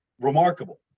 remarkable